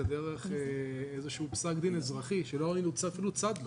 דרך איזשהו פסק דין אזרחי שאפילו לא היינו צד לו.